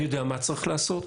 אני יודע מה צריך לעשות,